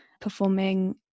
performing